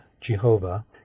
Jehovah